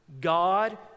God